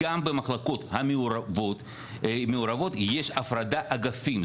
גם במחלקות המעורבות יש הפרדת אגפים.